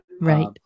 Right